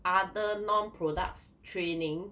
other non products training